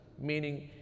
meaning